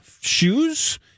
Shoes